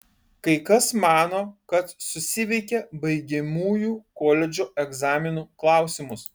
kai kas mano kad susiveikė baigiamųjų koledžo egzaminų klausimus